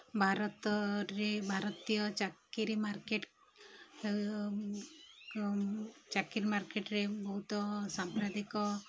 ଭାରତରେ ଭାରତୀୟ ଚାକିରୀ ମାର୍କେଟ୍ ଚାକିରୀ ମାର୍କେଟ୍ରେ ବହୁତ ସାମ୍ପ୍ରତିକ